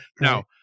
now